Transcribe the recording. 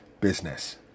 business